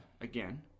Again